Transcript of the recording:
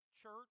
church